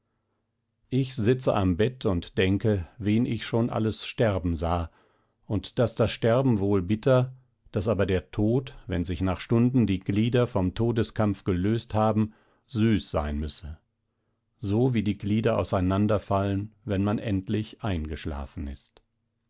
ich sitze am bett und denke wen ich schon alles sterben sah und daß das sterben wohl bitter daß aber der tod wenn sich nach stunden die glieder vom todeskampf gelöst haben süß sein müsse so wie die glieder auseinanderfallen wenn man endlich eingeschlafen ist